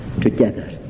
together